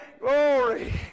Glory